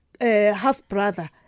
half-brother